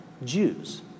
Jews